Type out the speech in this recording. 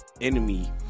enemy